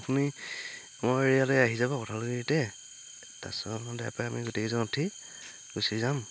আপুনি মই এৰিয়ালে আহি যাব পৰা আমি গোটেইজন উঠি গুচি যাম